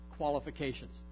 Qualifications